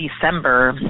December